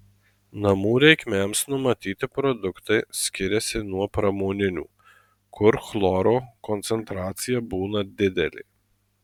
namų reikmėms numatyti produktai skiriasi nuo pramoninių kur chloro koncentracija būna didelė